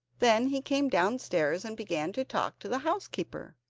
then he came downstairs and began to talk to the housekeeper.